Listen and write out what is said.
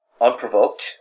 Unprovoked